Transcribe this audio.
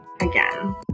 again